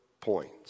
points